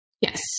Yes